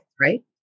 right